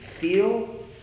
Feel